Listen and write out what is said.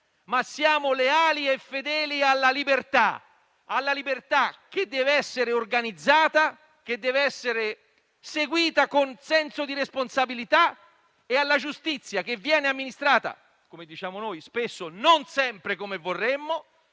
Ma siamo leali e fedeli alla libertà che deve essere organizzata e seguita con senso di responsabilità e alla giustizia, che viene amministrata - come diciamo noi spesso - non sempre come vorremmo.